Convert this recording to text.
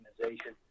organization